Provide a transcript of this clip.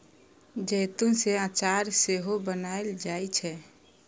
जैतून सं अचार सेहो बनाएल जाइ छै